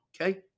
Okay